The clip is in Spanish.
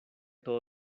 todo